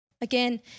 Again